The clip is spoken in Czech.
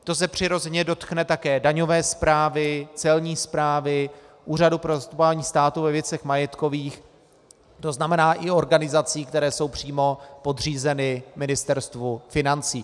To se přirozeně dotkne také daňové správy, celní správy, Úřadu pro zastupování státu ve věcech majetkových, tzn. i organizací, které jsou přímo podřízeny ministerstvu financí.